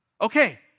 Okay